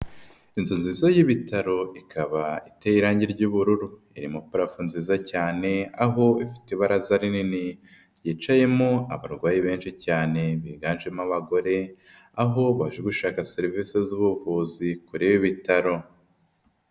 Inzozi y'ibitaro ikaba iteye irangi ry'ubururu irimoparafu nziza cyane aho ifite ibaraza rinini yicayemo abarwayi benshi cyane biganjemo abagore aho baje gushaka serivisi z'ubuvuzi kuri ibi bitaro.